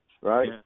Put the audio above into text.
right